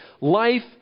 life